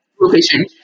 Location